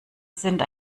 sind